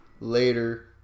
Later